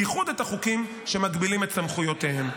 בייחוד את החוקים שמגבילים את סמכויותיהן.